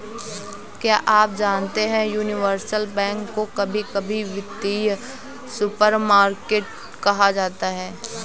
क्या आप जानते है यूनिवर्सल बैंक को कभी कभी वित्तीय सुपरमार्केट कहा जाता है?